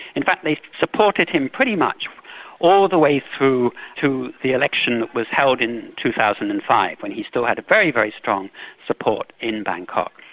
in fact they supported him pretty much all the way through to the election that was held in two thousand and five when he still had a very, very strong support in bangkok.